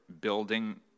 building